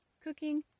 cooking